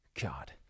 God